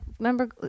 remember